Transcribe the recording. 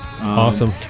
Awesome